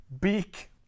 beak